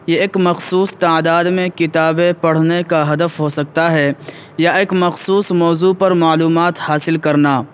یہ ایک مخصوص تعداد میں کتابیں پڑھنے کا ہدف ہو سکتا ہے یا ایک مخصوص موضوع پر معلومات حاصل کرنا